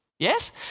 Yes